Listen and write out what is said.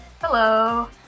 Hello